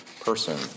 person